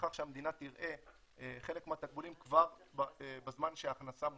לכך שהמדינה תראה חלק מהתקבולים כבר בזמן שההכנסה מופקת.